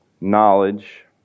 Knowledge